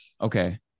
Okay